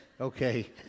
Okay